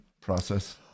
process